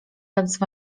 tzw